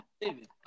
David